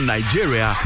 Nigeria